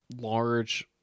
Large